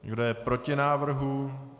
Kdo je proti návrhu?